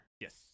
Yes